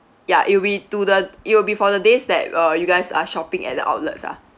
ya it will be to the it will be for the days that uh you guys are shopping at the outlets ah